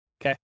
Okay